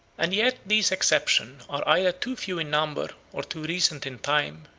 and yet these exceptions are either too few in number, or too recent in time,